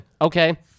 okay